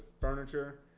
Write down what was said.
furniture